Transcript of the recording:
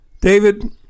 David